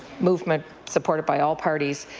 movement supported by all parties.